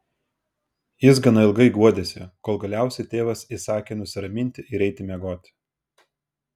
jis gana ilgai guodėsi kol galiausiai tėvas įsakė nusiraminti ir eiti miegoti